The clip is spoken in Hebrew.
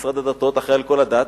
משרד הדתות אחראי לכל הדת,